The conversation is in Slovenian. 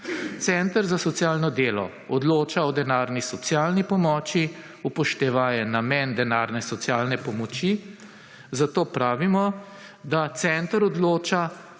Center za socialno delo odloča o denarni socialni pomoči, upoštevaje namen denarne socialne pomoči, zato pravimo, da center odloča